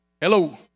Hello